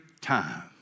time